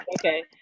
okay